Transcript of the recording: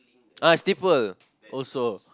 uh slipper also